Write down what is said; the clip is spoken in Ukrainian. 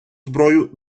зброю